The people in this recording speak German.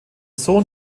sohn